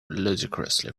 ludicrously